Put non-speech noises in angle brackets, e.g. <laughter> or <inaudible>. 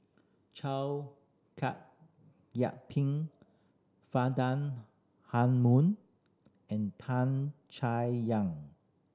Chow <unintelligible> Yian Ping Faridah Hanum and Tan Chay Yan